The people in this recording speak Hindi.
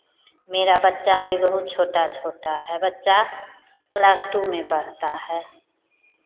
मेरा बच्चा अभी बहुत छोटा छोटा है बच्चा क्लास टू में पढ़ता है